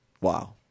Wow